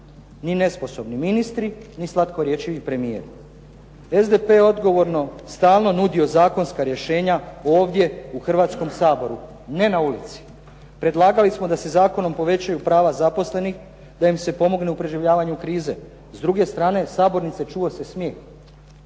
ni nesposobni ministri ni slatkorječivi premijer. SDP je odgovorno stalno nudio zakonska rješenja ovdje u Hrvatskom saboru, ne na ulici. Predlagali smo da se zakonom povećavaju prava zaposlenih, da im se pomogne u preživljavanju krize. S druge strane sabornice čuo se smijeh,